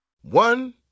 One